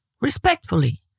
respectfully